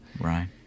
Right